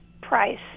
Price